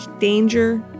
danger